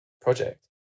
project